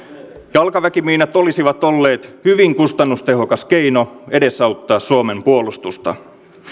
jalkaväkimiinat olisivat olleet hyvin kustannustehokas keino edesauttaa suomen puolustusta